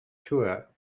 tour